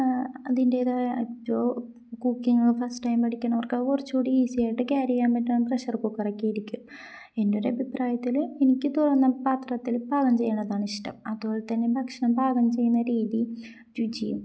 അതിൻ്റേതായ ഇപ്പോൾ cooking first time പഠിക്കുന്നവർക്ക് അത് കുറച്ചു കൂടി ഈസിയായിട്ട് കേരി ചെയ്യാൻ പറ്റുന്നത് പ്രെഷർ കുക്കറൊക്കെ ആയിരിക്കും എൻ്റെ ഒരു അഭിപ്രായത്തിൽ എനിക്ക് തുറന്ന പാത്രത്തിൽ പാകം ചെയ്യുന്നതാണ് ഇഷ്ടം അതുപോലെ തന്നെ ഭക്ഷണം പാകം ചെയ്യുന്ന രീതി ശുചിയും